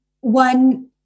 one